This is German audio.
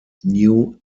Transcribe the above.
new